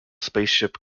spaceship